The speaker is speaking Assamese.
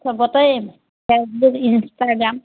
চবতে দিম ফেচবুক ইনষ্টাগ্ৰাম